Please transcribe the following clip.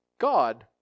God